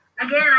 Again